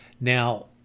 Now